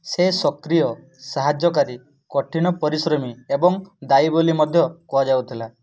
ସେ ସକ୍ରିୟ ସାହାଯ୍ୟକାରୀ କଠିନ ପରିଶ୍ରମୀ ଏବଂ ଦାୟୀ ବୋଲି ମଧ୍ୟ କୁହାଯାଉଥିଲା